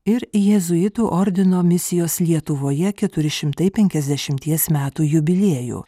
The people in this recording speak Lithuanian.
ir jėzuitų ordino misijos lietuvoje keturi šimtai penkiasdešimties metų jubiliejų